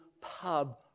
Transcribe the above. pub